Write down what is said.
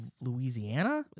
Louisiana